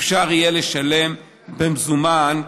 אפשר יהיה לשלם במזומן,